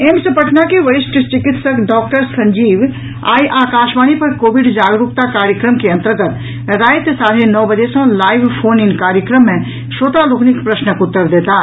AIIMS Patna के वरिष्ठ चिकित्सक डॉक्टर संजीव आइ आकाशवाणी पर कोविड जागरूकता कार्यक्रम के अंतर्गत राति साढ़े नओ बजे सॅ लाईव फोन इन कार्यक्रम मे श्रोता लोकनिक प्रश्नक उत्तर देताह